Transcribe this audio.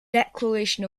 declaration